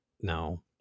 no